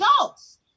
adults